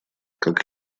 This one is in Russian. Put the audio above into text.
как